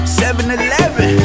7-Eleven